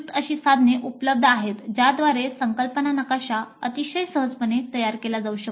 अशी साधने उपलब्ध आहेत ज्याद्वारे संकल्पना नकाशा अतिशय सहजपणे तयार केला जाऊ शकतो